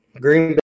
Green